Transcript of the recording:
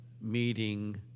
meeting